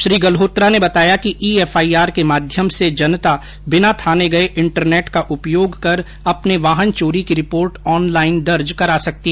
श्री गल्होत्रा ने बताया कि ई एफआईआर के माध्यम से जनता बिना थाने गए इंटरनेट का उपयोग कर अपने वाहन चोरी की रिपोर्ट ऑनलाइन दर्ज करा सकती है